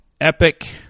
epic